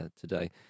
today